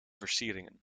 versieringen